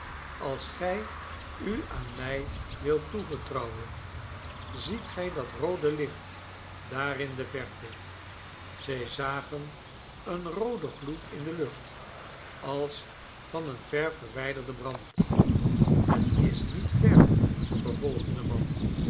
als gij u aan mij wilt toevertrouwen ziet gij dat roode licht daar in de verte zij zagen een rooden gloed in de lucht als van een ver verwijderden brand het is niet ver vervolgde de man